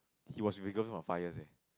he was with his girlfriend for five years eh